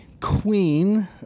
queen